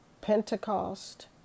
Pentecost